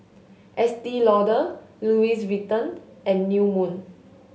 Estee Lauder Louis Vuitton and New Moon